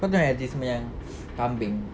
kau tahu advertisement yang kambing